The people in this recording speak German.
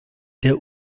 der